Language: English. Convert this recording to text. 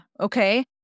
Okay